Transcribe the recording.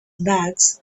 bags